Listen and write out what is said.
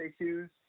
issues